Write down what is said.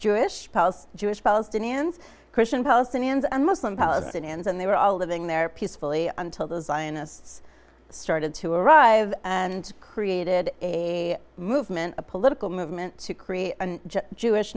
jewish jewish palestinians christian palestinians and muslim palestinians and they were all living there peacefully until the zionists started to arrive and created a movement a political movement to create a jewish